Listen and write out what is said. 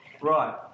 Right